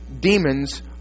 demons